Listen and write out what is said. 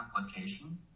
application